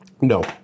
no